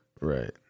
right